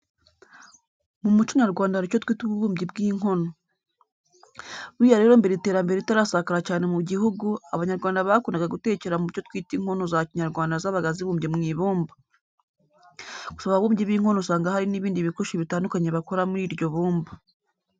Mu muco nyarwanda hari icyo twita ububumbyi bw'inkono. Buriya rero mbere iterambere ritarasakara cyane mu gihugu, abanyarwanda bakundaga gutekera mu cyo twita inkono za Kinyarwanda zabaga zibumbye mu ibumba. Gusa ababumbyi b'inkono usanga hari n'ibindi bikoresho bitandukanye bakora muri iryo bumba.